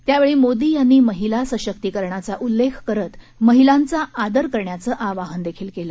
त्यावेळी मोदी यांनी महिला सशक्तीकरणाचा उल्लेख करत महिलांचा आदर करण्याचं आवाहन देखील केलं